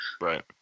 Right